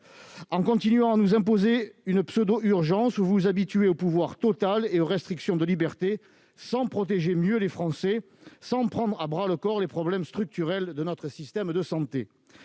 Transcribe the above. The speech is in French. En continuant à nous imposer une pseudo-urgence, vous vous habituez au pouvoir total et aux restrictions de liberté sans protéger mieux les Français, sans prendre à bras-le-corps les problèmes structurels de notre système de santé.